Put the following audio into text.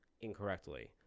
incorrectly